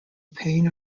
pain